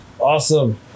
Awesome